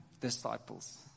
disciples